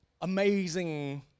amazing